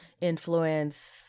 Influence